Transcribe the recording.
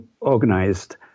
organized